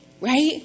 Right